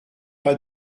pas